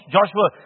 Joshua